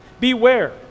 Beware